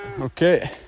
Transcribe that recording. Okay